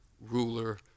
ruler